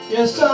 Yes